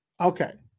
okay